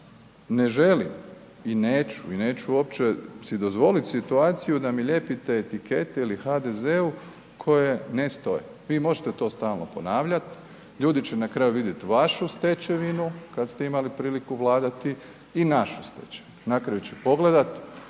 ne želim i neću i neću si uopće dozvoliti situaciju da mi lijepite etikete ili HDZ-u koje ne stoje. Vi možete to stalno ponavljat, ljudi će na kraju vidjet vašu stečevinu kad ste imali priliku vladati i našu stečevinu. Na kraju ću pogledat